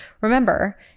remember